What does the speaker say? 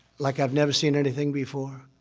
like i've never seen anything before.